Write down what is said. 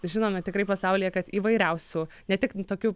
žinome tikrai pasaulyje kad įvairiausių ne tik tokių